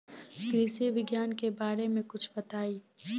कृषि विज्ञान के बारे में कुछ बताई